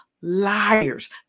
liars